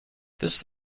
this